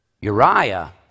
Uriah